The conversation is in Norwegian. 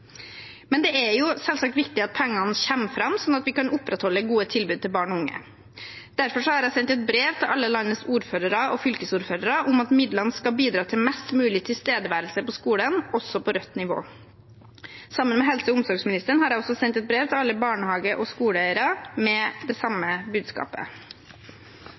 Men det er selvsagt viktig at pengene kommer fram, sånn at vi kan opprettholde gode tilbud til barn og unge. Derfor har jeg sendt et brev til alle landets ordførere og fylkesordførere om at midlene skal bidra til mest mulig tilstedeværelse på skolen, også på rødt nivå. Sammen med helse- og omsorgsministeren har jeg også sendt et brev til alle barnehage- og skoleeiere med det samme budskapet.